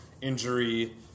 injury